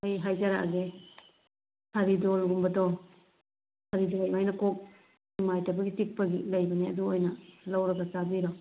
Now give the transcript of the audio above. ꯑꯩ ꯍꯥꯏꯖꯔꯛꯑꯒꯦ ꯑꯗꯨꯃꯥꯏꯅ ꯀꯣꯛ ꯅꯨꯡꯉꯥꯏꯇꯕꯒꯤ ꯆꯤꯛꯄꯒꯤ ꯂꯩꯕꯅꯦ ꯑꯗꯨ ꯑꯣꯏꯅ ꯂꯧꯔꯒ ꯆꯥꯕꯤꯔꯣ